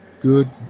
good